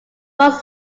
flores